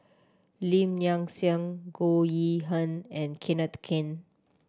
Lim Nang Seng Goh Yihan and Kenneth Keng